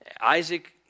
Isaac